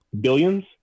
Billions